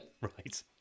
Right